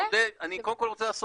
קודם כל אני רוצה,